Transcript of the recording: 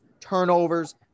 turnovers